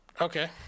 Okay